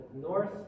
north